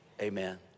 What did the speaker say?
Amen